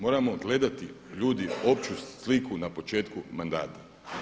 Moramo gledati ljudi opću sliku na početku mandata.